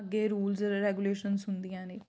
ਅੱਗੇ rules regulations ਹੁੰਦੀਆਂ ਨੇ